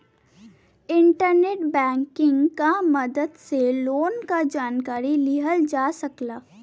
internet banking क मदद से लोन क जानकारी लिहल जा सकला